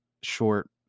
short